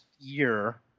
year